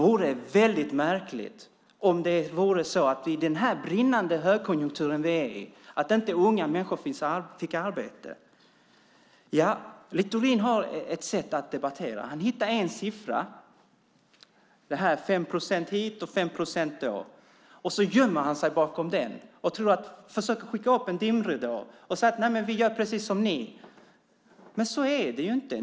Men det vore märkligt om inte ungdomar kunde få arbete i den brinnande högkonjunktur vi befinner oss i. Littorin har ett sätt att debattera. Han hittar en siffra - 5 procent hit och 5 procent dit. Sedan gömmer han sig bakom siffran och försöker skicka upp en dimridå genom att säga att de gör precis som vi. Men så är det inte.